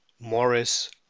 Morris